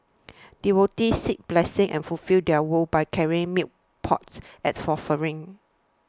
devotees seek blessings and fulfil their vows by carrying milk pots as offerings